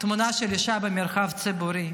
תמונה של אישה במרחב הציבורי.